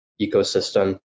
ecosystem